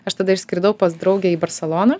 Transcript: aš tada išskridau pas draugę į barseloną